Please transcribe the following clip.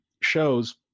shows